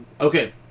Okay